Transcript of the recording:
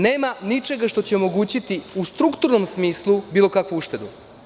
Nema ničega što će omogućiti, u strukturnom smislu, bilo kakvu uštedu.